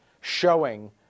showing